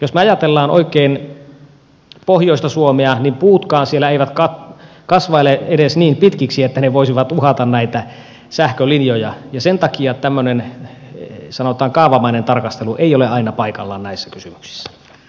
jos me ajattelemme oikein pohjoista suomea niin puutkaan siellä eivät kasva edes niin pitkiksi että ne voisivat uhata näitä sähkölinjoja ja sen takia tämmöinen sanotaan kaavamainen tarkastelu ei ole aina paikallaan näissä kysymyksissä